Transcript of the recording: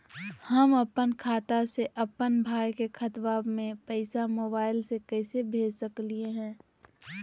हम अपन खाता से अपन भाई के खतवा में पैसा मोबाईल से कैसे भेज सकली हई?